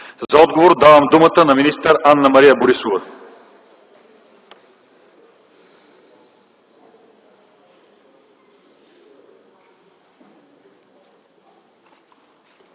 За отговор давам думата на министър Анна-Мария Борисова.